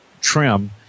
trim